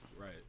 Right